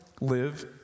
live